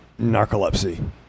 narcolepsy